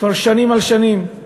כבר שנים על שנים,